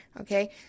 Okay